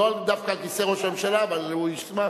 לא דווקא על כיסא ראש הממשלה, אבל הוא ישמח.